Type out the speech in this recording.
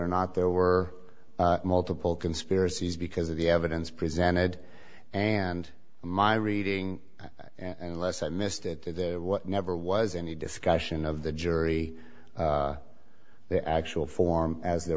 or not there were multiple conspiracies because of the evidence presented and my reading unless i missed it what never was any discussion of the jury the actual form as there